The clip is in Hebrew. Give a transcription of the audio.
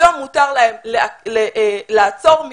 היום מותר להם לעצור מישהו,